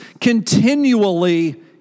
continually